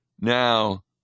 Now